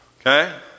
Okay